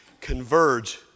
converge